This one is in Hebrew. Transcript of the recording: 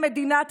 מדינת ישראל,